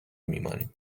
میمانیم